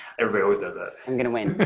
everybody always does that. i'm gonna